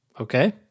Okay